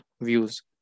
views